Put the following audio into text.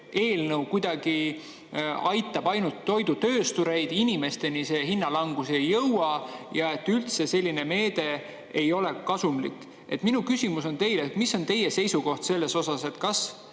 eelnõu aitab ainult toidutööstureid, inimesteni see hinnalangus ei jõua ja et üldse selline meede ei ole kasumlik. Minu küsimus on teile: mis on teie seisukoht selles suhtes? Kas